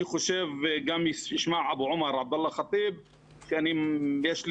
אני חושב - ישמע עבדאללה חטיב שיש לי